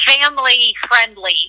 family-friendly